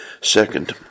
Second